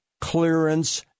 clearance